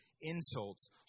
insults